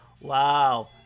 Wow